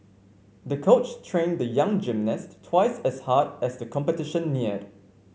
the coach trained the young gymnast twice as hard as the competition neared